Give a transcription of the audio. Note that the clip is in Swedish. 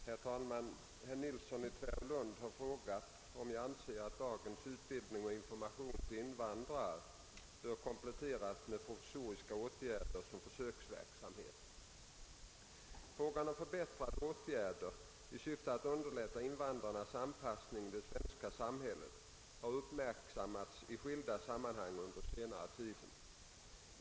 Herr talman! Herr Nilsson i Tvärålund har frågat om jag anser att dagens utbildning och information till invandrare bör kompletteras med provisoriska åtgärder som försöksverksamhet. Frågan om förbättrade åtgärder i syfte att underlätta invandrarnas anpassning i det svenska samhället har uppmärksammats i skilda sammanhang under den senaste tiden.